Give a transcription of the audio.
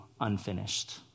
unfinished